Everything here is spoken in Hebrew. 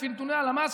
לפי נתוני הלמ"ס,